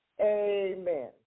Amen